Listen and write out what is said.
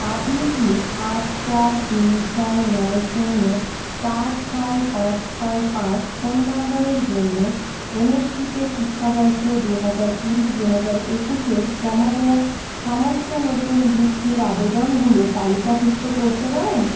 আপনি কি আট চার তিন ছয় নয় শূন্য চার ছয় পাঁচ ছয় পাঁচ ফোন নম্বরের জন্য এনএসপিতে শিক্ষাবর্ষ দু হাজার কুড়ি দু হাজার একুশ এ জমা দেওয়া সমস্ত নতুন বৃত্তির আবেদনগুলো তালিকাভুক্ত করতে পারেন